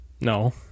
No